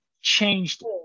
changed